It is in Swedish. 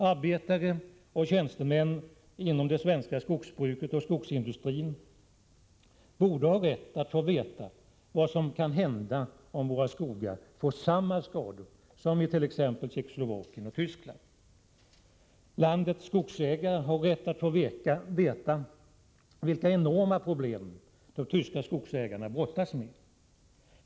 Arbetare och tjänstemän inom det svenska skogsbruket och den svenska skogsindustrin borde ha rätt att få veta vad som kan hända om våra skogar får samma skador som skogarna i t.ex. Tjeckoslovakien och Tyskland. Vårt lands skogsägare har rätt att få veta vilka enorma problem de tyska skogsägarna brottas med.